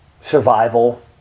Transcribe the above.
survival